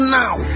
now